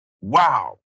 wow